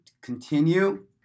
continue